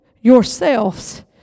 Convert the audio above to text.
yourselves